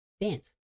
dance